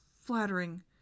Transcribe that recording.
flattering